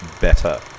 better